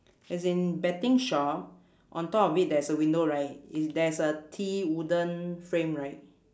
as in betting shop on top of it there's a window right i~ there's a T wooden frame right